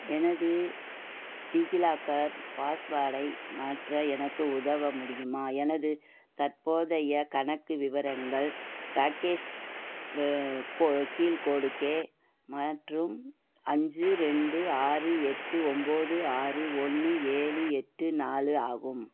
எனது டிஜிலாக்கர் பாஸ்வேர்டை மாற்ற எனக்கு உதவ முடியுமா எனது தற்போதைய கணக்கு விவரங்கள் ராகேஷ் கோ கீழ் கோடு கே மற்றும் அஞ்சு ரெண்டு ஆறு எட்டு ஒம்பது ஆறு ஒன்று ஏழு எட்டு நாலு ஆகும்